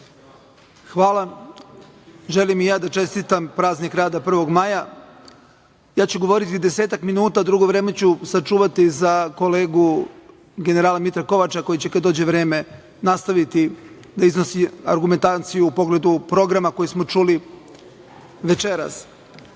Hvala. Želim i ja da čestitam Praznik rada 1. maj. Govoriću desetak minuta. Drugo vreme ću sačuvati za kolegu generala Mitra Kovača koji će kada dođe vreme nastaviti da iznosi argumentaciju u pogledu programa koji smo čuli večeras. Tačno